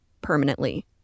permanently